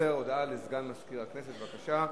הודעה לסגן מזכיר הכנסת, בבקשה.